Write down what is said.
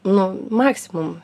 nu maksimum